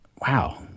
Wow